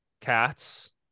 cats